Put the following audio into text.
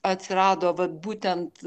atsirado vat būtent